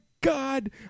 God